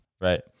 right